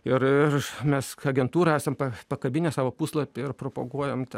ir mes agentūrą esam pa pakabinę savo puslapy ir propaguojam tą